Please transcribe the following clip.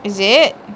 is it